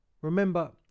Remember